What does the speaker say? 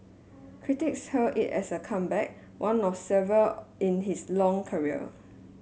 critics hailed it as a comeback one of several in his long career